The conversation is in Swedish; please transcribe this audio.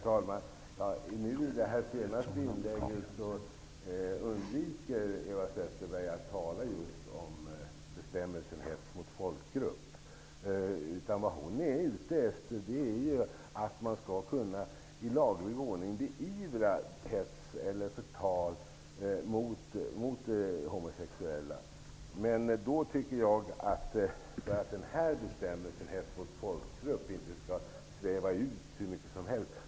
Herr talman! I det senaste inlägget undviker Eva Zetterberg att tala om bestämmelsen hets mot folkgrupp. Vad hon är ute efter är att man i laglig ordning skall kunna beivra hets eller förtal mot homosexuella. Men då tycker jag att bestämmelsen hets mot folkgrupp inte skall sväva ut hur mycket som helst.